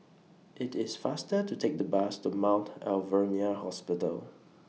IT IS faster to Take The Bus to Mount Alvernia Hospital